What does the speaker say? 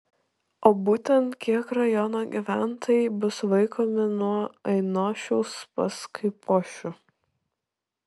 o būtent kiek rajono gyventojai bus vaikomi nuo ainošiaus pas kaipošių